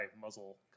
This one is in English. muzzle